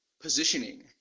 positioning